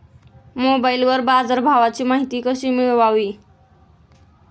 मोबाइलवर बाजारभावाची माहिती कशी मिळवावी?